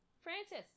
Francis